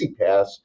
EasyPass